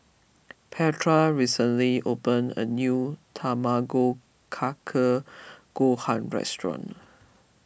Petra recently opened a new Tamago Kake Gohan restaurant